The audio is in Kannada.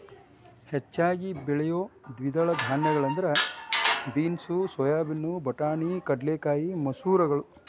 ಹೆಚ್ಚಾಗಿ ಬೆಳಿಯೋ ದ್ವಿದಳ ಧಾನ್ಯಗಳಂದ್ರ ಬೇನ್ಸ್, ಸೋಯಾಬೇನ್, ಬಟಾಣಿ, ಕಡಲೆಕಾಯಿ, ಮಸೂರಗಳು